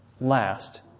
last